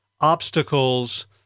obstacles